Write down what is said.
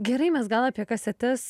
gerai mes gal apie kasetes